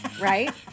right